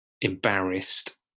embarrassed